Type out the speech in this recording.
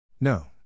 No